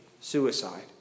suicide